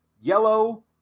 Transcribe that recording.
yellow